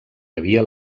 havia